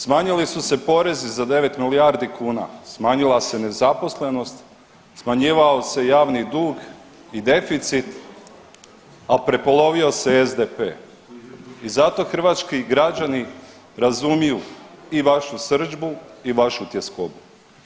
Smanjili su se porezi za 9 milijardi kuna, smanjila se nezaposlenost, smanjivao se javni dug i deficit, a prepolovio se SDP i zato hrvački građani razumiju i vašu srdžbu i vašu tjeskobu.